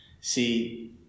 See